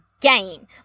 game